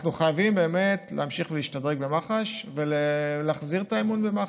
אנחנו חייבים באמת להמשיך להשתדרג במח"ש ולהחזיר את האמון במח"ש,